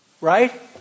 Right